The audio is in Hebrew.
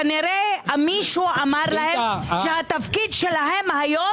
כנראה מישהו אמר לכם שהתפקיד שלהם היום